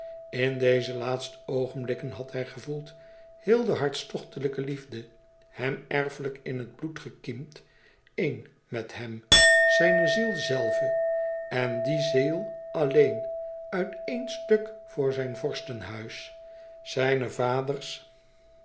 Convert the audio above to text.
in deze laatste oogenblikken had hij gevoeld heel de hartstochtetelijke liefde hem erfelijk in het bloed gekiemd één met hem zijne ziel zelve en die ziel alleen uit éen stuk voor zijn vorstenhuis zijne vaders